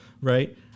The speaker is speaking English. Right